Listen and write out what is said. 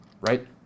Right